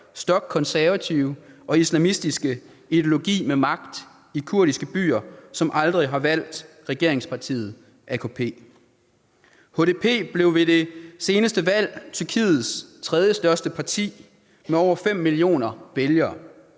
stokkonservative og islamistiske ideologi med magt i kurdiske byer, som aldrig har valgt regeringspartiet AKP. HDP blev ved det seneste valg Tyrkiets tredjestørste parti med over 5 millioner vælgere.